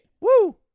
Woo